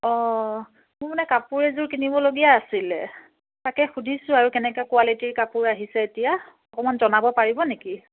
অঁ মোৰ মানে কাপোৰ এযোৰ কিনিবলগীয়া আছিলে তাকে সুধিছোঁ আৰু কেনেকুৱা কুৱালিটীৰ কাপোৰ আহিছে এতিয়া অকণমান জনাব পাৰিব নেকি